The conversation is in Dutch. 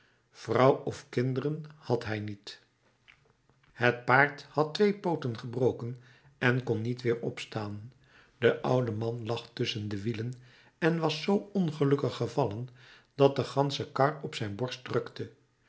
vrouw of kinderen had hij niet het paard had twee pooten gebroken en kon niet weer opstaan de oude man lag tusschen de wielen en was zoo ongelukkig gevallen dat de gansche kar op zijn borst drukte